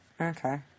Okay